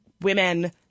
women